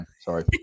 Sorry